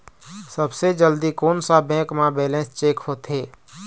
सबसे जल्दी कोन सा बैंक म बैलेंस चेक होथे?